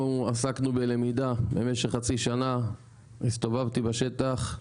אנחנו עסקנו בלמידה במשך חצי שנה הסתובבתי בשטח,